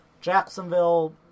Jacksonville